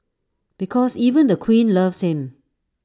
because even the queen loves him